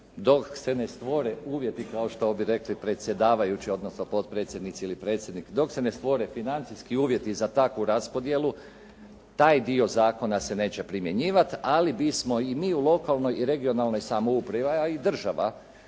dok se ne stvore uvjeti kao što bi rekli predsjedavajući odnosno potpredsjednici ili predsjednik dok se ne stvore financijski uvjeti za takvu raspodjelu taj dio zakona se neće primjenjivati ali bismo i mi u lokalnoj i regionalnoj samoupravi a i država